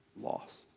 lost